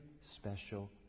special